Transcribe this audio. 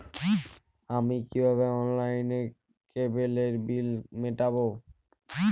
আমি কিভাবে অনলাইনে কেবলের বিল মেটাবো?